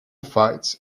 fights